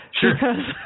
Sure